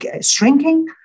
shrinking